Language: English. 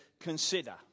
consider